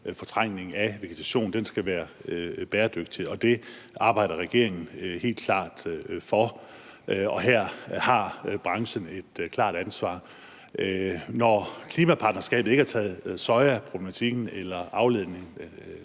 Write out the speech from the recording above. fortrængning af vegetation. Den skal være bæredygtig, og det arbejder regeringen helt klart for, og her har branchen et klart ansvar. Når klimapartnerskabet ikke har taget sojaproblematikken eller udledningen